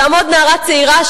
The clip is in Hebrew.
תעמוד נערה צעירה,